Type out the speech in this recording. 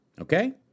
Okay